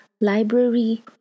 Library